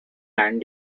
land